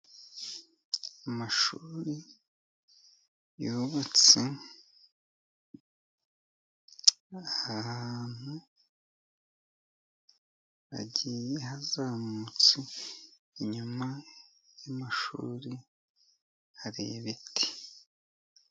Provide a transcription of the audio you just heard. Amashuri yubatse ahantu hagiye hazamutse, inyuma y'amashuri hari ibiti.